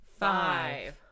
Five